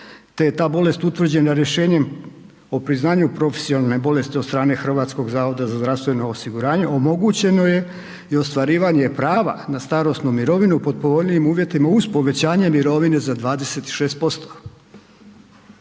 te je ta bolest utvrđena rješenjem o priznanju profesionalne bolesti od strane HZZO-a, omogućeno je i ostvarivanje prava na starosnu mirovinu pod povoljnijim uvjetima uz povećanje mirovine za 26%.